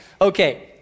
Okay